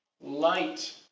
Light